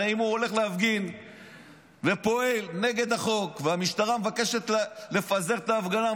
הרי אם הוא הולך להפגין ופועל נגד החוק והמשטרה מבקשת לפזר את ההפגנה,